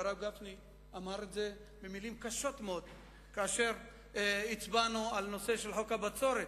והרב גפני אמר את זה במלים קשות מאוד כאשר הצבענו על חוק הבצורת.